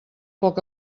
poc